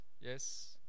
Yes